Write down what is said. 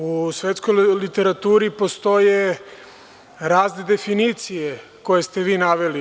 U svetskoj literaturi postoje razne definicije koje ste vi naveli